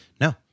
no